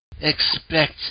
expect